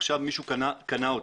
עכשיו מישהו רוצה לקנות אותה.